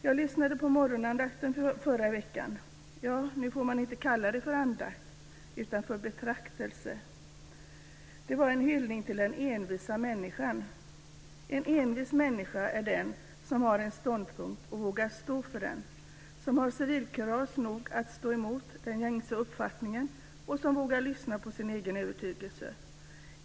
Jag lyssnade på morgonandakten i förra veckan. Nu får man inte kalla det för andakt utan för betraktelse. Den var en hyllning till den envisa människan. En envis människa är den som har en ståndpunkt och vågar stå för den. Det är en människa som har civilkurage nog att stå emot den gängse uppfattningen och som vågar lyssna på sin övertygelse.